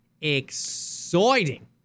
exciting